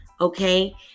Okay